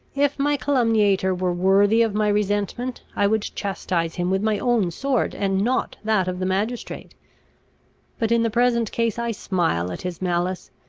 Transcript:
if my calumniator were worthy of my resentment, i would chastise him with my own sword, and not that of the magistrate but in the present case i smile at his malice,